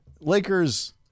Lakers